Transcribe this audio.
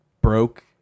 broke